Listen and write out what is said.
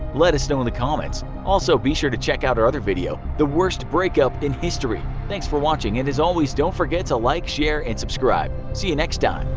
let us know in the comments! also, be sure to check out our other video the worst breakup in history! thanks for watching, and, as always, don't forget to like, share, and subscribe. see you next time!